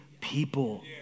people